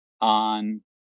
on